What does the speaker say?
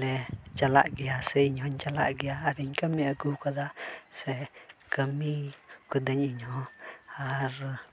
ᱞᱮ ᱪᱟᱞᱟᱜ ᱜᱮᱭᱟ ᱥᱮ ᱤᱧ ᱦᱚᱧ ᱪᱟᱞᱟᱜ ᱜᱮᱭᱟ ᱟᱨ ᱤᱧ ᱠᱟᱹᱢᱤ ᱟᱹᱜᱩ ᱠᱟᱫᱟ ᱥᱮ ᱠᱟᱹᱢᱤ ᱠᱟᱹᱫᱟᱹᱧ ᱤᱧ ᱦᱚᱸ ᱟᱨ